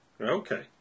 Okay